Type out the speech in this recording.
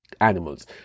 animals